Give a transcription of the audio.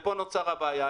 ופה נוצרה הבעיה.